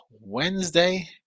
Wednesday